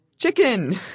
Chicken